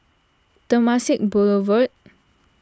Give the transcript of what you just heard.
Temasek Boulevard